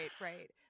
right